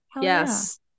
Yes